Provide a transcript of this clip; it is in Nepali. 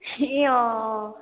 ए अँ अँ